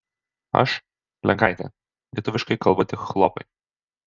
aš lenkaitė lietuviškai kalba tik chlopai